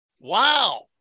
wow